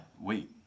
Wait